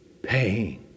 Pain